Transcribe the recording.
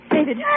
David